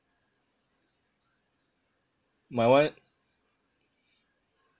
my [one]